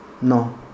No